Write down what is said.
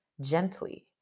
gently